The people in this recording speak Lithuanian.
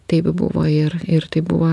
taip buvo ir ir tai buvo